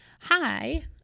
Hi